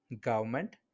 government